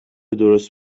درست